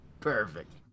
Perfect